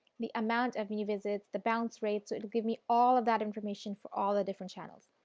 the amount of new visits, the bounce rates, it gives me all of that information for all the different channels.